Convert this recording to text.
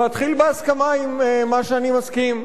ואתחיל בהסכמה עם מה שאני מסכים.